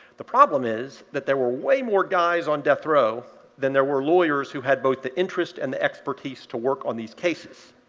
the problem is that there were way more guys on death row than there were lawyers who had both the interest and the expertise to work on these cases.